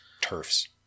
turfs